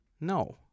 No